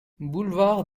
boulevard